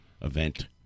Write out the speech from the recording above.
event